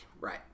Right